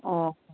ꯑꯣ